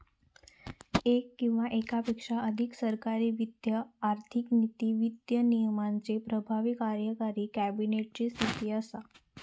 येक किंवा येकापेक्षा अधिक सरकारी वित्त आर्थिक नीती, वित्त विनियमाचे प्रभारी कार्यकारी कॅबिनेट ची स्थिती असा